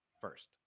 first